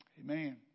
Amen